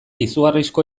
izugarrizko